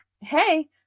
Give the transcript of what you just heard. hey